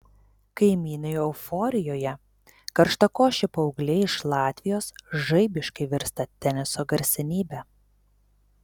kaimynai euforijoje karštakošė paauglė iš latvijos žaibiškai virsta teniso garsenybe